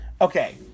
Okay